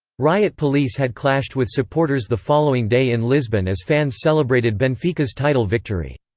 riot police had clashed with supporters the following day in lisbon as fans celebrated benfica's title victory.